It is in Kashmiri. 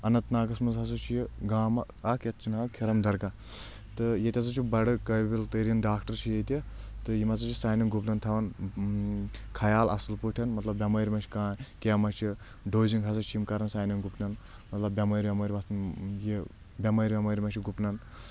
اننت ناگس منٛز ہسا چھُ یہِ گامہٕ اکھ یَتھ چھِ ناو کھِرم درگاہ تہٕ ییٚتہِ ہسا چھُ بَڑٕ قٲبِل تٲریٖن ڈاکٹر چھِ ییٚتہِ تہٕ یِم ہسا چھِ سانؠن گُپنن تھاوان خیال اَصٕل پٲٹھۍ مطلب بؠمٲر ما چھِ کانٛہہ کینٛہہ ما چھِ ڈوزِنٛگ ہسا چھِ یِم کران سانؠن گُپنن مطلب بؠمٲر وؠمٲر ۄتھان یہِ بؠمٲر ویمٲر مہ چھِ گُپنن